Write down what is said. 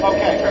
Okay